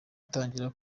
itangira